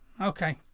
Okay